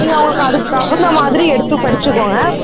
நீங்கள் உங்களுக்கு அதுக்கு தகுந்த மாதிரி எடுத்து படிச்சிக்கோங்க